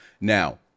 Now